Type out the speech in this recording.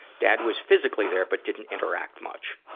dad was physically there, but didn't interact much.